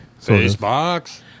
Facebook